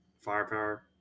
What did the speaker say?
firepower